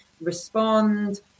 respond